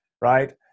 right